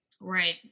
Right